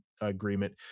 agreement